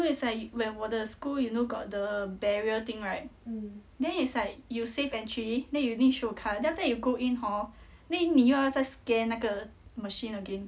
no it's like when 我的 school you know got the barrier thing right then it's like you safe entry then you need to show card then after you go in hor then 你又要再 scan 那个 machine again